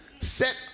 set